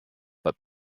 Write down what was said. but